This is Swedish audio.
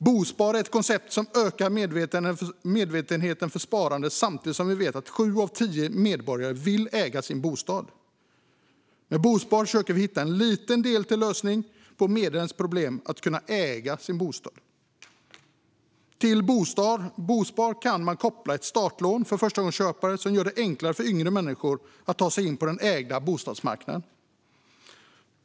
Bospar är ett koncept som ökar medvetenheten om sparande, samtidigt som vi vet att sju av tio medborgare vill äga sin bostad. Med bospar försöker vi att hitta en liten del av en lösning på medborgarens problem med att kunna äga sin bostad. Till bospar kan man koppla ett startlån för förstagångsköpare som gör det enklare för yngre människor att ta sig in på marknaden för ägda bostäder.